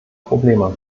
probleme